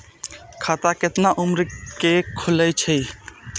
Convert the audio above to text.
खाता केतना उम्र के खुले छै?